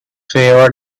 favoured